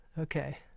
Okay